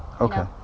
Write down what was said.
Okay